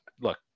look